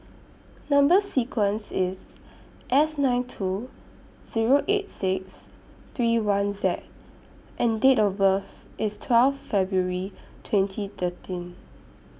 Number sequence IS S nine two Zero eight six three one Z and Date of birth IS twelve February twenty thirteen